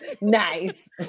Nice